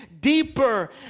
deeper